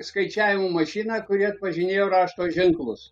skaičiavimo mašiną kuri atpažinėjo rašto ženklus